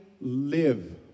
live